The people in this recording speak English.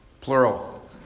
plural